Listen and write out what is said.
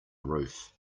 roof